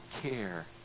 care